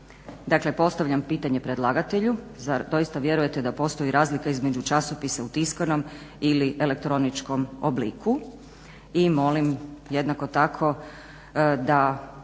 Dakle postavljam pitanje predlagatelju zar doista vjerujete da postoji razlika između časopisa u tiskanom ili elektroničkom obliku i molim jednako tako da